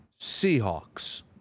Seahawks